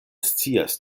scias